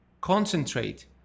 Concentrate